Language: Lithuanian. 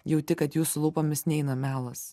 jauti kad jūsų lūpomis neina melas